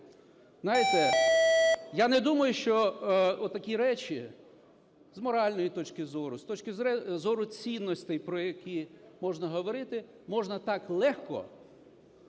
Знаєте, я не думаю, що отакі речі з моральної точки зору, з точки зору цінностей, про які можна говорити, можна так легко,